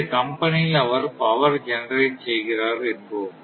அந்த கம்பெனியில் அவர் பவர் ஜெனரேட் செய்கிறார் என்போம்